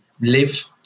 live